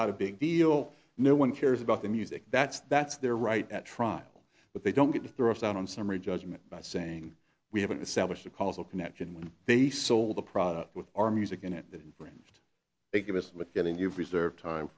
not a big deal no one cares about the music that's that's their right at trial but they don't get to throw us out on summary judgment by saying we haven't established a causal connection when they sold the product with our music in it that they give us what getting you preserve time